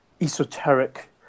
esoteric